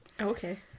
Okay